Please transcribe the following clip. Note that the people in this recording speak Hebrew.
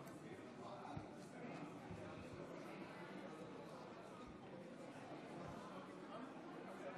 ולפני שאני מקריאה את התגובה של שר הבריאות אני רוצה לומר